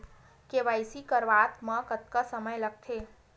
KYC करवात म कतका समय लगथे?